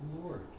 Lord